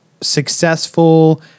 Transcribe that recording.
successful